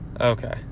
Okay